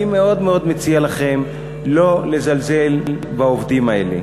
אני מאוד מציע לכם לא לזלזל בעובדים האלה.